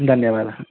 धन्यवादः